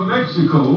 Mexico